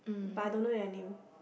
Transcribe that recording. but I don't know their name